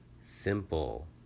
simple